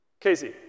Casey